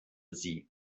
sie